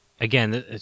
Again